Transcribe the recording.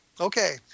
okay